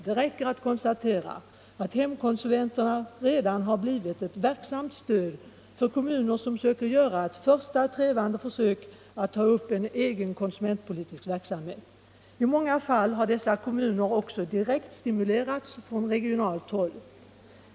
Det räcker att konstatera att hemkonsulenterna redan blivit ett verksamt stöd för kommuner som försöker göra ett första trevande försök att ta upp en egen konsumentpolitisk verksamhet. I många fall har dessa kommuner också direkt stimulerats till detta från regionalt håll.